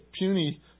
puny